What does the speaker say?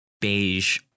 beige